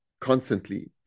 constantly